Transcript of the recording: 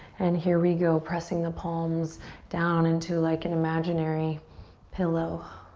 and here we go, pressing the palms down into like an imaginary pillow.